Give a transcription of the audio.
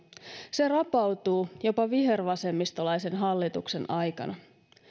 se rapautuu jopa vihervasemmistolaisen hallituksen aikana